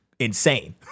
Insane